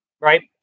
right